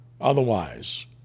otherwise